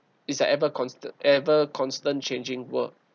it's a ever constant ever constant changing world